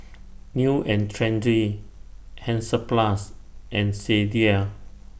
New and Trendy Hansaplast and Sadia